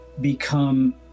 become